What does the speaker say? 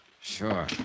Sure